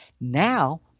Now